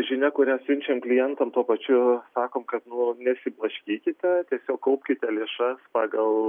žinia kurią siunčiam klientam tuo pačiu sakom kad nu nesiblaškykite tiesiog kaupkite lėšas pagal